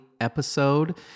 episode